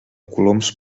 coloms